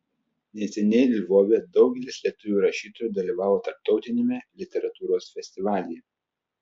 neseniai lvove daugelis lietuvių rašytojų dalyvavo tarptautiniame literatūros festivalyje